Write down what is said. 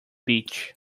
beach